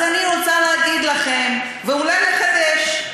אז אני רוצה להגיד לכם, ואולי לחדש,